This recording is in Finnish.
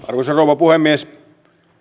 arvoisa rouva puhemies